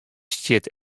stiet